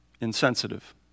insensitive